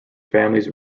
families